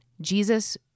Jesus